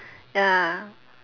ya